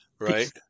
right